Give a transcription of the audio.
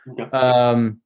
Okay